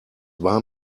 war